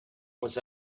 was